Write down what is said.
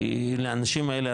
כי לאנשים האלה,